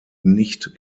nicht